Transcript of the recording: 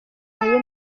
mibi